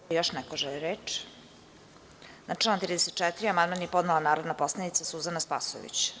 Da li još neko želi reč? (Ne) Na član 34. amandman je podnela narodna poslanica Suzana Spasojević.